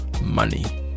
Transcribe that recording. money